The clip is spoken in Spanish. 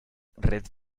red